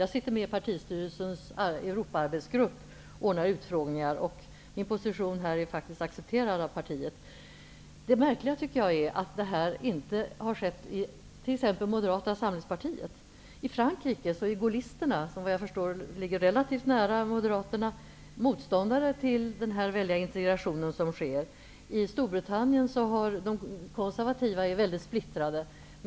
Jag sitter med i partistyrelsens Europaarbetsgrupp som ordnar utfrågningar. Min position är faktiskt accepterad av partiet. Det märkliga är att samma sak inte har skett t.ex. i Moderata samlingspartiet. I Frankrike är gaullisterna, som såvitt jag förstår ligger relativt nära moderaterna, motstådare till den väldiga integration som sker. De konservativa i Storbritannien är väldigt splittrade.